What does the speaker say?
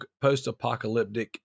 post-apocalyptic